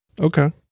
Okay